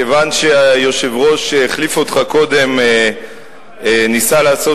כיוון שהיושב-ראש שהחליף אותך קודם ניסה לעשות